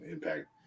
Impact